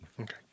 Okay